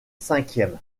cinquième